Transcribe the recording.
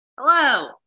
Hello